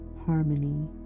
harmony